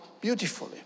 beautifully